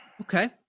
Okay